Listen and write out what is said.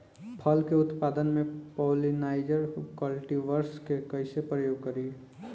फल के उत्पादन मे पॉलिनाइजर कल्टीवर्स के कइसे प्रयोग करी?